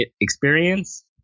experience